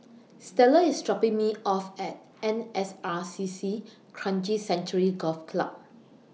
Stella IS dropping Me off At N S R C C Kranji Sanctuary Golf Club